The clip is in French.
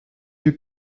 yeux